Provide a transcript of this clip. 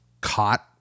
caught